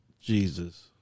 Jesus